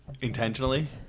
Intentionally